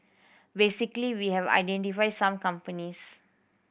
basically we have identified some companies